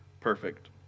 perfect